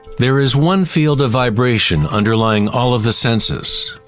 there is one field of vibration underlying all of the senses.